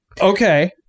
Okay